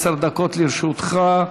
עשר דקות לרשותך.